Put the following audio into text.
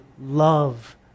love